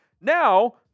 Now